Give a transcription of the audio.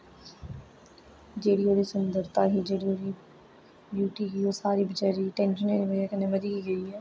जेह्ड़ी ओह्दी सुंदरता ही जेह्ड़ी ओह्दी ब्यूटी ही ओह् सारी बचारी टेंशनें कन्नै मरी गेई ऐ